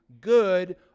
good